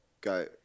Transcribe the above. go